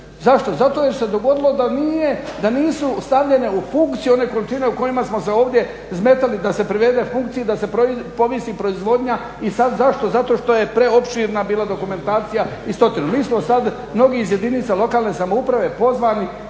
Zašto, zato jer se dogodilo da nisu stavljene u funkciju one količine o kojima smo se ovdje …/Govornik se ne razumije./… da se privede funkciji, da se povisi proizvodnja i sad zašto. Zato što je preopširna bila dokumentacija i …/Govornik se ne razumije./… Mi smo sad mnogi iz jedinica lokalne samouprave pozvani